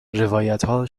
روایتها